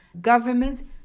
government